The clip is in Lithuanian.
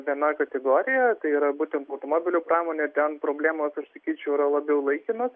viena kategorija tai yra būtent automobilių pramonė ten problemos aš sakyčiau yra labiau laikinos